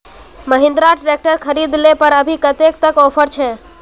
Mahindra tractor खरीद ले पर अभी कतेक तक ऑफर छे?